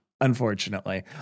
unfortunately